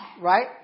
Right